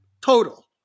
total